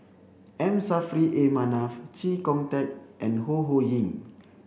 M Saffri A Manaf Chee Kong Tet and Ho Ho Ying